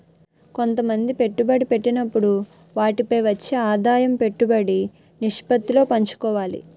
కొంతమంది పెట్టుబడి పెట్టినప్పుడు వాటిపై వచ్చే ఆదాయం పెట్టుబడి నిష్పత్తిలో పంచుకోవాలి